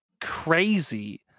crazy